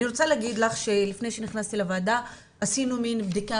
אני רוצה להגיד לך שלפני שנכנסתי לוועדה עשינו מין בדיקה